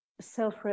self